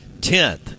10th